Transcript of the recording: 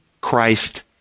Christ